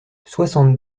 soixante